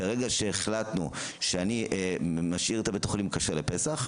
ברגע שהחלטנו שאני משאיר את בית החולים כשר לפסח,